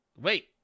Wait